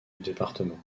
département